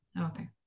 Okay